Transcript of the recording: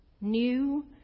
new